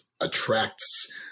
attracts